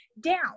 down